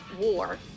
war